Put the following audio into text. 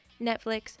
Netflix